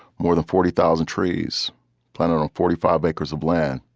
more than forty thousand trees planted, and forty five acres of land.